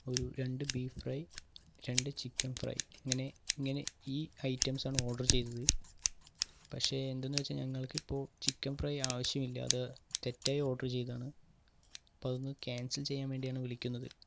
ഒരു രണ്ട് beef fry രണ്ട് ചിക്കൻ ഫ്രൈ ഇങ്ങനെ ഇങ്ങനെ ഈ ഐറ്റംസാണ് ഓർഡർ ചെയ്തത് പക്ഷെ എന്തെന്ന് വെച്ചാൽ ഞങ്ങൾക്കിപ്പോൾ ചിക്കൻ ഫ്രൈ ആവശ്യമില്ല അത് തെറ്റായി ഓർഡർ ചെയ്തതാണ് ഇപ്പോൾ അതൊന്ന് ക്യാൻസൽ ചെയ്യാൻ വേണ്ടിയാണ് വിളിക്കുന്നത്